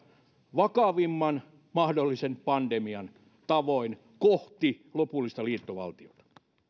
vakavimman mahdollisen pandemian tavoin kohti lopullista liittovaltiota